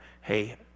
hey